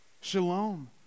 Shalom